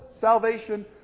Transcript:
salvation